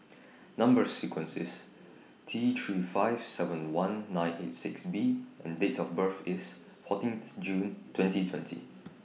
Number sequence IS T three five seven one nine eight six B and Date of birth IS fourteenth June twenty twenty